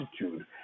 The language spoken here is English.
attitude